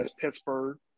Pittsburgh